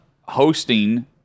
hosting